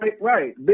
Right